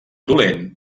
dolent